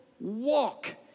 walk